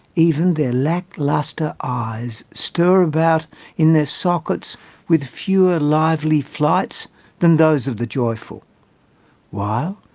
even their lack-lustre eyes stir about in their sockets with fewer lively flights than those of the joyful while,